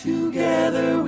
Together